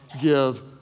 give